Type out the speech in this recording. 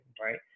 right